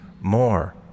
more